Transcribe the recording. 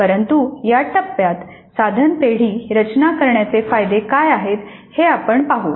परंतु या टप्प्यात साधन पेढी रचना करण्याचे फायदे आहेत हे आपण पाहू